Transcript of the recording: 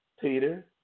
Peter